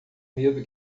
medo